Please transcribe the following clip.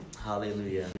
Hallelujah